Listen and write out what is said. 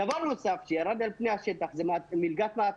דבר נוסף שירד מהשטח היא מלגת מעטפת.